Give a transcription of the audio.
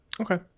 Okay